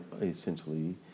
essentially